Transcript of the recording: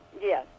Yes